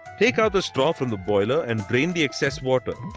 take out the straw from the boiler and drain the excess water.